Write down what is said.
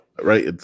right